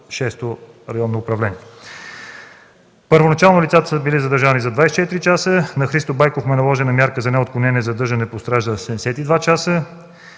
VІ Районно управление. Първоначално лицата са били задържани за 24 часа. На Христо Байков е наложена мярка за неотклонение „задържане под стража” за 72 часа.